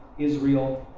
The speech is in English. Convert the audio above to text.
israel,